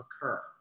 occur